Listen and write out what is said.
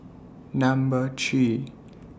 Number three